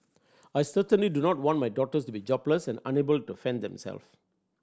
I certainly do not want my daughters to be jobless and unable to fend themselves